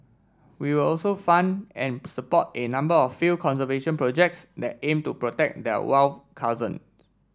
we will also fund and support a number of field conservation projects that aim to protect their wild cousin